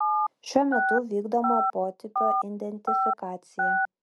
šiuo metu vykdoma potipio identifikacija